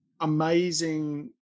amazing